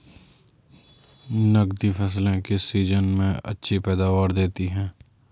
नकदी फसलें किस सीजन में अच्छी पैदावार देतीं हैं?